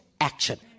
action